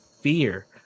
fear